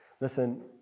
Listen